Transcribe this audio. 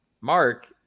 Mark